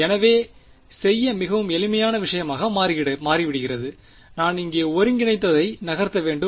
எனவே செய்ய மிகவும் எளிமையான விஷயமாக மாறிவிடுகிறது நான் இங்கே ஒருங்கிணைந்ததை நகர்த்த வேண்டும்